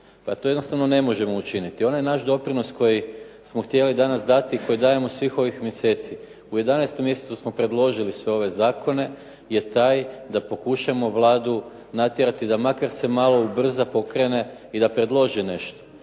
Pa to jednostavno ne možemo učiniti. Onaj naš doprinos koji smo htjeli danas dati i koji dajemo svih ovih mjeseci, u 11. mjesecu smo predložili sve ove zakone, je taj da pokušamo Vladu natjerati da makar se malo ubrza, pokrene i da predloži nešto.